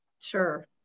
Sure